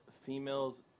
females